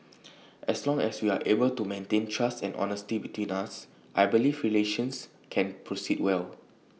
as long as we are able to maintain trust and honesty between us I believe relations can proceed well